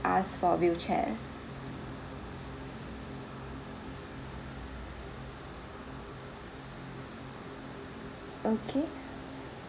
ask for wheelchair okay